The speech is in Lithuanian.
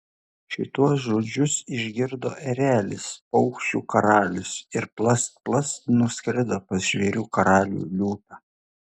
šituos žodžius išgirdo erelis paukščių karalius ir plast plast nuskrido pas žvėrių karalių liūtą